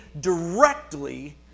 directly